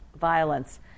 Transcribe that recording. violence